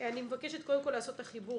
אני מבקשת קודם כול לעשות את החיבור